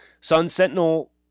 Sun-Sentinel